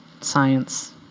science